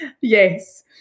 Yes